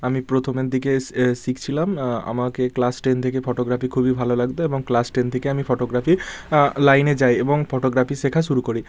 আমি প্রথমের দিকে এ শিখেছিলাম আমাকে ক্লাস টেন থেকে ফটোগ্রাফি খুবই ভালো লাগতো এবং ক্লাস টেন থেকে আমি ফটোগ্রাফি লাইনে যাই এবং ফটোগ্রাফি শেখা শুরু করি